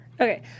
Okay